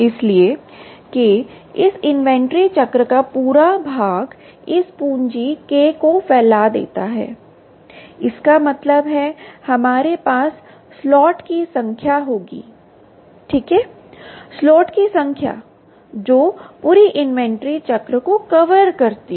इसलिए K इस inventory चक्र का पूरा भाग इस पूंजी K को फैला देता है इसका मतलब है हमारे पास स्लॉट की संख्या होगी ठीक है स्लॉट की संख्या जो पूरी इन्वेंट्री चक्र को कवर करती है